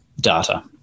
data